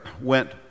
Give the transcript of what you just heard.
went